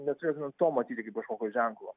neturėtumėm to matyti kaip kažkokio ženklo